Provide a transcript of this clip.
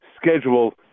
schedule